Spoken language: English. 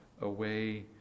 away